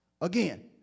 Again